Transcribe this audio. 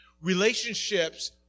Relationships